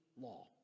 law